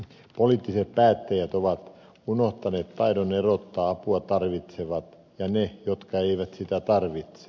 poliittiset päättäjät ovat unohtaneet taidon erottaa apua tarvitsevat ja ne jotka eivät sitä tarvitse